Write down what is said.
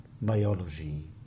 biology